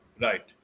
right